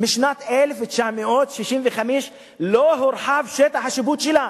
משנת 1965 לא הורחב שטח השיפוט שלה,